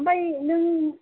ओमफ्राय नों